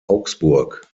augsburg